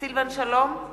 סילבן שלום,